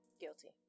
Guilty